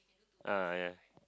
uh ya